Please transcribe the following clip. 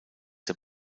der